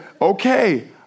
okay